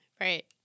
right